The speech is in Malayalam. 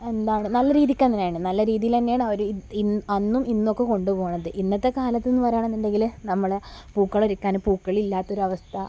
എന്താണ് നല്ല രീതിക്ക് തന്നെയാണ് നല്ല രീതിയിൽ തന്നെയാണ് അവർ അന്നും ഇന്നുമൊക്കെ കൊണ്ട് പോകുന്നത് ഇന്നത്തെ കാലത്തെന്ന് പറയുക ആണെന്നുണ്ടെങ്കിൽ നമ്മൾ പൂക്കൾ ഒരുക്കാനും പൂക്കൾ ഇല്ലാത്ത ഒരവസ്ഥ